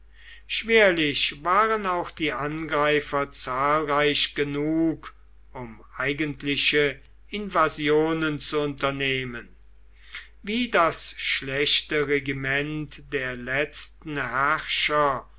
schwerlich waren auch die angreifer zahlreich genug um eigentliche invasionen zu unternehmen wie das schlechte regiment der letzten herrscher